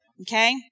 Okay